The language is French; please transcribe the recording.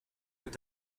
est